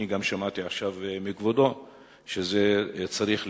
אני גם שמעתי עכשיו מכבודו שזה צריך להיות,